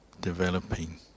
developing